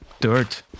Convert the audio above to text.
dirt